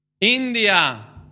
India